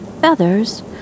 Feathers